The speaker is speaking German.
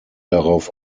darauf